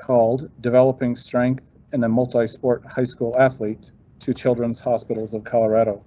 called developing strength and the multi sport high school athlete to children's hospitals of colorado.